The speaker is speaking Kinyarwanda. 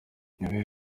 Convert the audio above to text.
ibi